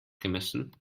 gemessen